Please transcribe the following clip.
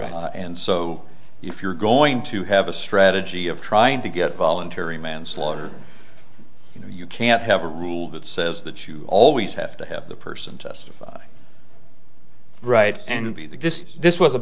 case and so if you're going to have a strategy of trying to get voluntary manslaughter you know you can't have a rule that says that you always have to have the person testify right and be that this this was a